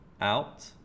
Out